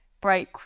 break